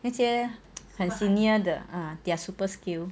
那些很 senior 的 err they're super skill